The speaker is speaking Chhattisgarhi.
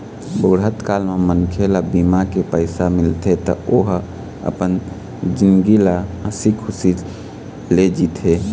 बुढ़त काल म मनखे ल बीमा के पइसा मिलथे त ओ ह अपन जिनगी ल हंसी खुसी ले जीथे